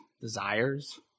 desires